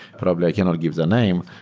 probably i cannot give the name,